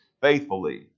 faithfully